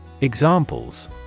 Examples